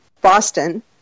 Boston